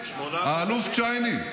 האלוף צ'ייני.